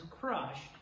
crushed